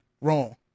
wrong